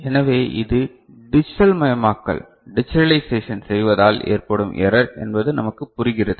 எனவே இது டிஜிட்டல்மயமாக்கல் டிஜிட்டலலைக்ஷேன் செய்வதால் ஏற்படும் எரர் என்பது நமக்கு புரிகிறது